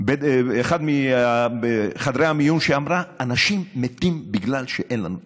אחד מחדרי המיון ואמרה: אנשים מתים בגלל שאין לנו תקנים.